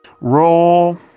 Roll